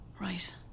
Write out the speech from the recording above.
Right